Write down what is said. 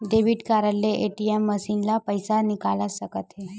debit card ले ATM machine म पइसा निकाल सकत हे